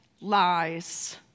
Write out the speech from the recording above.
lies